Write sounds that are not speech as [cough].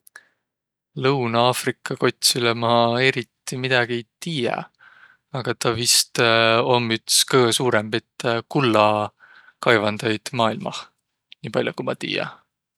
Lõunõ-Afriga kotsilõ ma eriti midägi ei tiiäq, aga tä vist [hesitation] om üts kõõ suurõmbit kullakaivandajit maailmah, piipall'o, ku ma tiiä.